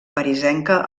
parisenca